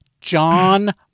John